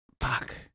Fuck